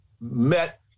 met